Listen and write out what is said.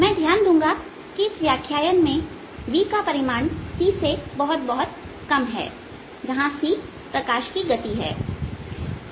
मैं ध्यान दूंगा कि इस व्याख्यान में v का परिमाण c के परिमाण से बहुत बहुत कम है जहां c प्रकाश की गति है